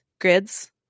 grids